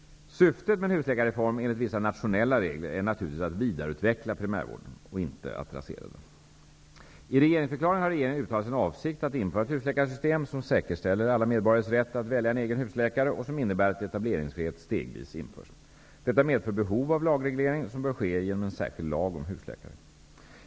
Syftet med en husläkarreform enligt vissa nationella regler är naturligtvis att vidareutveckla primärvården och inte att rasera den. I regeringsförklaringen har regeringen uttalat sin avsikt att införa ett husläkarsystem som säkerställer alla medborgares rätt att välja en egen husläkare och som innebär att etableringsfrihet stegvis införs. Detta medför behov av lagreglering, som bör ske genom en särskild lag om husläkare.